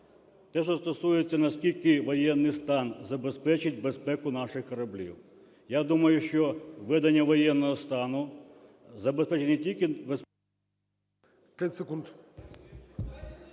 Те, що стосується, наскільки воєнний стан забезпечить безпеку наших кораблів. Я думаю, що введення воєнного стану забезпечить не тільки…